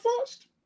first